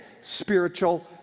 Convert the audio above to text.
spiritual